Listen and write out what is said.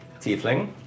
tiefling